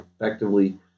effectively